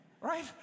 right